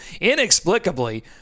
Inexplicably